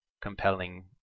compelling